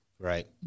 Right